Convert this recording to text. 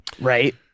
right